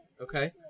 Okay